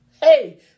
hey